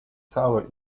całe